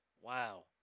Wow